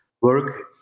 work